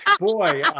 boy